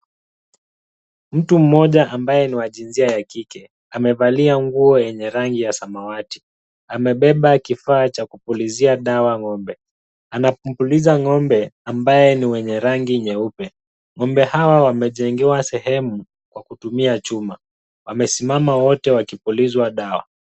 Mtu mmoja ambaye ni wa jinsia ya kike, amevalia nguo ambaye ni ya rangi ya samawati. Amebeba kifaa cha kupulizia dawa ng'ombe. Anampuliza ng'ombbe ambaye ni mwenye rangi nyeupe. Ng'ombe hawa wamejengewa sehemu kwa kutumia chuma. Wamesimama wote wakipulizwa dawa.